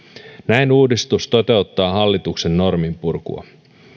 näin uudistus toteuttaa hallituksen norminpurkua